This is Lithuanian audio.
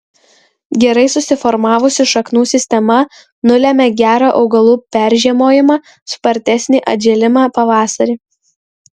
gerai susiformavusi šaknų sistema nulemia gerą augalų peržiemojimą spartesnį atžėlimą pavasarį